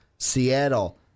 Seattle